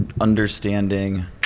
understanding